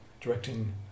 directing